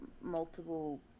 multiple